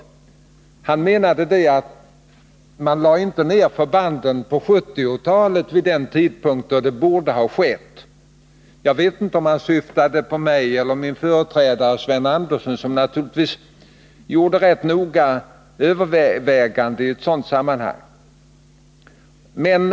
Eric Krönmark menade att man på 1970-talet inte lade ned förbanden vid den tidpunkt då det borde ha skett. Jag vet inte om han syftade på mig eller min företrädare Sven Andersson, som naturligtvis gjorde rätt noggranna överväganden i sådana sammanhang.